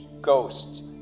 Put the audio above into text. ghosts